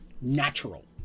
natural